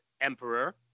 emperor